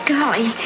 Golly